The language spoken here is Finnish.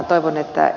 toivon että ed